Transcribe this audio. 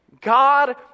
God